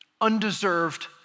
undeserved